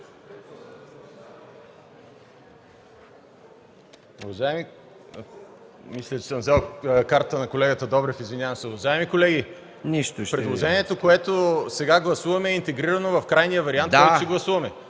предложението, което сега гласуваме, е интегрирано в крайния вариант, който ще гласуваме.